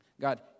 God